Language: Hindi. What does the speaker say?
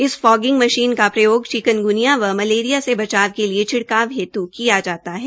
इस फॉगिंग मशीन का प्रयोग चिकन ग्निया व मलेरिया के बचाव के लिए छिड़काव हेतु किया जाता है